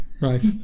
right